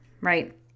right